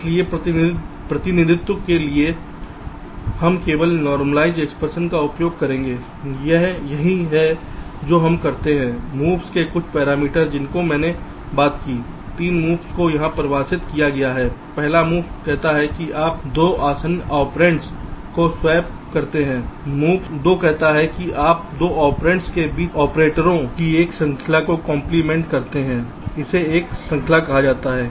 इसलिए प्रतिनिधित्व के लिए हम केवल नॉर्मलाइज़ एक्सप्रेशन का उपयोग करेंगे यह वही है जो हम करते हैं मूव्स के कुछ पैरामीटर जिनकी मैंने बात की है 3 मूव्स को यहां परिभाषित किया गया है पहला मूव्स कहता है कि आप दो आसन्न ऑपरेंडों को स्वैप करते हैं मूव्स दो कहता हैं कि आप दो ऑपरेंड्स के बीच ऑपरेटरों की एक श्रृंखला को कंप्लीमेंट करते हैं इसे एक श्रृंखला कहा जाता है